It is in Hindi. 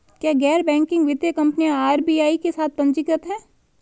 क्या गैर बैंकिंग वित्तीय कंपनियां आर.बी.आई के साथ पंजीकृत हैं?